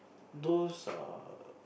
those are